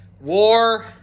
war